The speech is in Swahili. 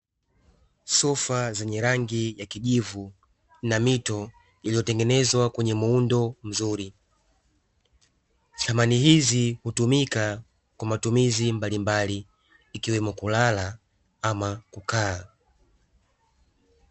Sofa zenye rangi ya kijivu na mito iliyotengenezwa kwenye muundo mzuri. Samani hizi hutumika kwa matumizi mbalimbali, ikiwemo kulala ama kukaa.